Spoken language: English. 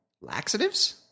laxatives